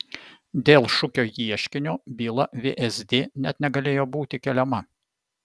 dėl šukio ieškinio byla vsd net negalėjo būti keliama